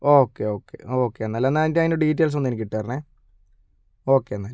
okay okay okay എന്നാൽ അതിൻ്റെ details ഒന്ന് എനിക്ക് ഇട്ടു തരണേ ഓക്കേ എന്നാൽ